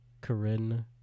Corinne